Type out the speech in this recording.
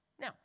Now